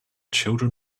children